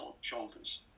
shoulders